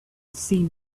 seen